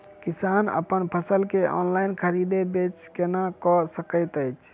किसान अप्पन फसल केँ ऑनलाइन खरीदै बेच केना कऽ सकैत अछि?